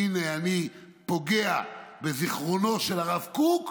הינה אני פוגע בזיכרונו של הרב קוק,